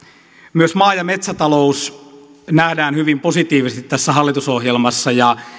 myös maa ja metsätalous nähdään hyvin positiivisesti tässä hallitusohjelmassa ja